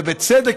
ובצדק,